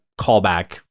callback